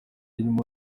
ririmo